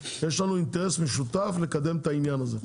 יש לנו אינטרס משותף לקדם את העניין הזה.